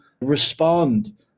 respond